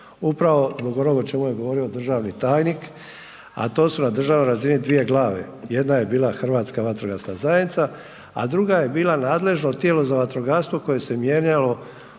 Upravo zbog onog o čemu je govorio državni tajnik a to su na državnoj razini dvije glave, jedna je bila Hrvatska vatrogasna zajednica a druga je bila nadležno tijelo za vatrogastvo koje se mijenjalo u